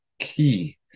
key